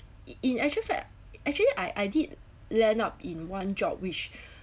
i~ in actual fact actually I I did land up in one job which